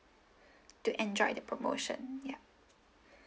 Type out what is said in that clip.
to enjoy the promotion ya